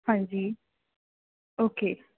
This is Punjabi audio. ਹਾਂਜੀ ਓਕੇ